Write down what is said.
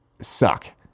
suck